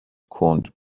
کند